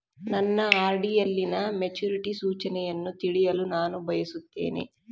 ನನ್ನ ಆರ್.ಡಿ ಯಲ್ಲಿನ ಮೆಚುರಿಟಿ ಸೂಚನೆಯನ್ನು ತಿಳಿಯಲು ನಾನು ಬಯಸುತ್ತೇನೆ